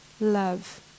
love